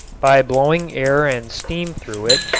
by blowing air and steam through it,